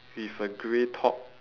with a grey top